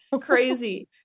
crazy